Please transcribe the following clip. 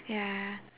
ya